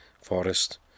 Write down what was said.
forest